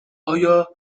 آیا